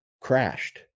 crashed